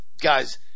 Guys